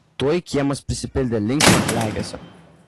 tuoj kiemas prisipildė linksmo klegesio